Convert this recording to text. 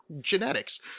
genetics